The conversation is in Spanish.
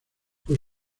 fue